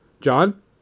John